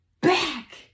back